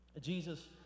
Jesus